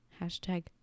hashtag